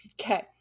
Okay